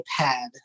iPad